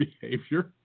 behavior